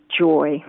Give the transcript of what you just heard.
joy